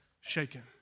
shaken